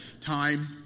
time